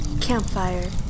Campfire